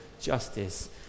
justice